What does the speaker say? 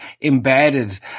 embedded